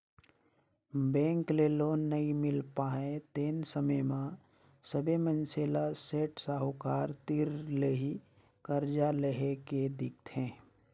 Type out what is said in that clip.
bank ले loan नइ मिल पाय तेन समे म सबे मइनसे ल सेठ साहूकार तीर ले ही करजा लेए के दिखथे